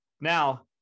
now